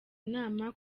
inama